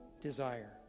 desire